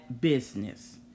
business